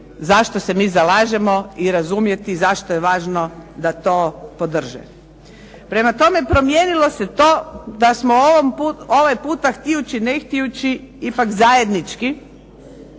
zašto se mi zalažemo i razumjeti zašto je važno da to podrže. Prema tome promijenilo se to da smo ovaj puta htijući ne htijući ipak zajednički